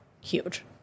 huge